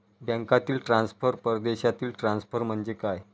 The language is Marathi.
बँकांतील ट्रान्सफर, परदेशातील ट्रान्सफर म्हणजे काय?